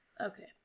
Okay